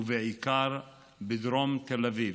ובעיקר בדרום תל אביב.